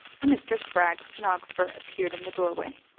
and mr. spragg's stenographer appeared in the doorway.